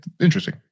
interesting